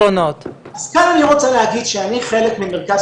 אז כאן אני רוצה להגיד שאני חלק ממרכז